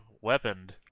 weaponed